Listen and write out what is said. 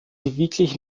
wirklich